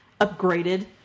upgraded